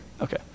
Okay